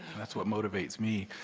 that's what motivates me.